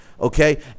Okay